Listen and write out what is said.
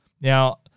Now